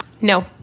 no